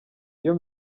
iyo